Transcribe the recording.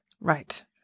right